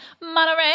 Monorail